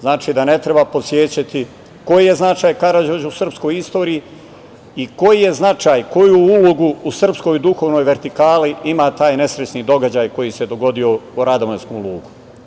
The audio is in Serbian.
Znači, ne treba podsećati koji je značaj Karađorđa u srpskoj istoriji i koji značaj i koju ulogu u srpskoj duhovnoj vertikali ima taj nesrećni događaj koji se dogodio u Radovanjskom lugu.